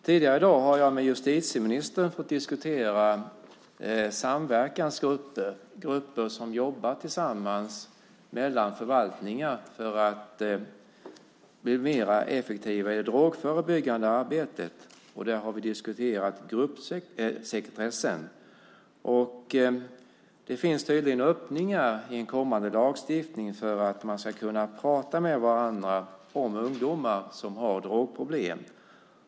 Med justitieministern har jag tidigare i dag diskuterat samverkansgrupper som jobbar tillsammans mellan förvaltningar för att bli mer effektiva i det drogförebyggande arbetet. Vi diskuterade gruppsekretessen. I en kommande lagstiftning finns det tydligen öppningar för att man ska kunna tala med varandra om ungdomar som har drogproblem.